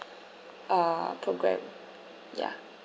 ah program ya